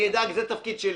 אני אדאג, זה התפקיד שלי.